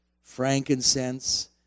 frankincense